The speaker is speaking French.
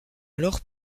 alors